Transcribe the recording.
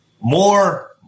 More